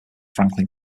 franklin